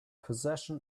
possession